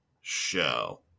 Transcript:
show